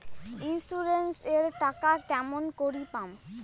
Insurance এর টাকা কেমন করি পাম?